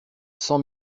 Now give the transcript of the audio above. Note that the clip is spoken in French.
cent